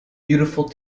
beautiful